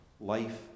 life